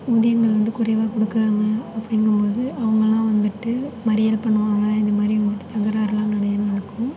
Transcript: ஊதியங்கள் வந்து குறைவாக கொடுக்குறாங்க அப்படிங்கபோது அவங்களாம் வந்துட்டு மறியல் பண்ணுவாங்கள் இது மாதிரி வந்துட்டு தகராறுலாம் நிறைய நடக்கும்